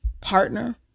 partner